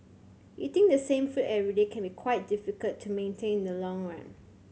eating the same food every day can be quite difficult to maintain in the long run